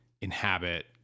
inhabit